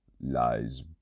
lies